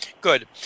good